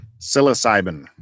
psilocybin